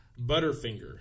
Butterfinger